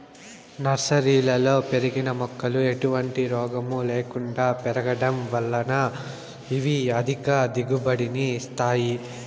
నర్సరీలలో పెరిగిన మొక్కలు ఎటువంటి రోగము లేకుండా పెరగడం వలన ఇవి అధిక దిగుబడిని ఇస్తాయి